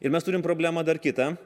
ir mes turim problemą dar kitą